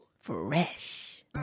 Fresh